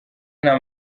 nta